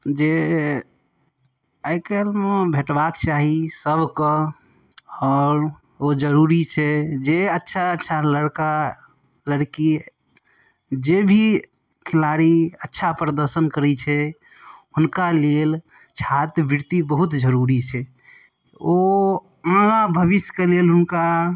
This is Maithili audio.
जे आइकाल्हिमे भेटबाक चाही सबके आओर ओ जरुरी छै जे अच्छा अच्छा लड़का लड़की जे भी खेलाड़ी अच्छा प्रदर्शन करै छै हुनका लेल छात्रवृत्ति बहुत जरुरी छै ओ आगाँ भविष्यके लेल हुनका